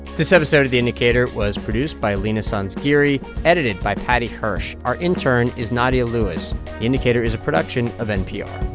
this episode of the indicator was produced by leena sanzgiri, edited by paddy hirsch. our intern is nadia lewis. the indicator is a production of npr